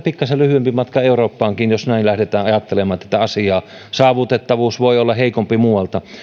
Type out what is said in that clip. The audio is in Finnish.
pikkasen lyhyempi matka eurooppaankin jos näin lähdetään ajattelemaan tätä asiaa saavutettavuus voi olla heikompi muualta